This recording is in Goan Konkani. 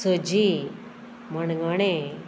सजी मणगणें